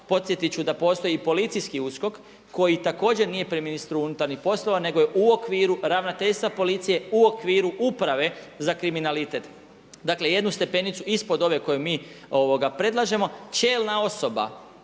Podsjetit ću da postoji i policijski USKOK koji također nije pri ministru unutarnjih poslova nego u okviru ravnateljstva policije, u okviru uprave za kriminalitet. Dakle jednu stepenicu ispod ove koju mi predlažemo. Čelna osoba